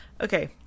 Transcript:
Okay